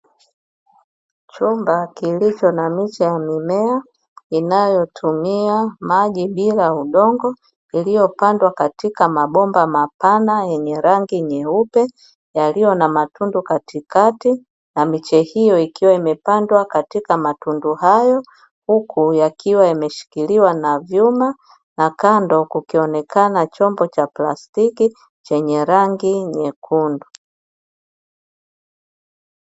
Chumba kilicho na miche ya mimea inayotumia maji bila udongo iliyopandwa katika mabomba mapana yenye rangi nyeupe yaliyo na matundu katikati, na miche hiyo ikiwa imepandwa katika matundu hayo, huku yakiwa yameshikiliwa na vyuma, na kando kikionekana chombo cha plastiki chenye rangi nyekundu.